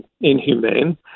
inhumane